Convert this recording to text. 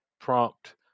prompt